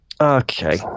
Okay